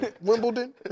Wimbledon